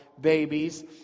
babies